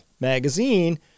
magazine